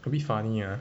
a bit funny ah